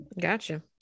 gotcha